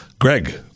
Greg